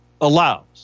allows